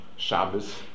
Shabbos